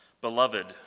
beloved